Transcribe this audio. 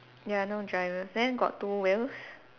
ya no drivers then got two wheels